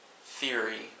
theory